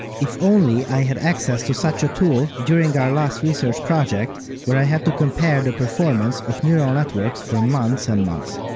if only i had an access to such a tool during our last research project where i had to compare the performance of neural networks for months and months.